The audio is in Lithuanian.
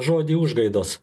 žodį užgaidas